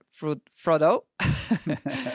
Frodo